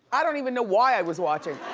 i don't even know why i was watching,